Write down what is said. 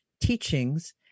teachings